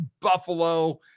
Buffalo